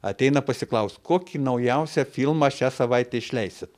ateina pasiklaust kokį naujausią filmą šią savaitę išleisit